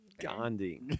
Gandhi